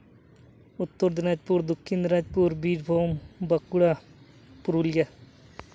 Uttar Dinajpur Dakshin Dinajpur Birbhum Bankura Purulia